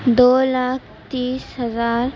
دو لاکھ تیس ہزار